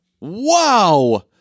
Wow